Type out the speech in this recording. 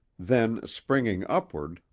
then, springing upward,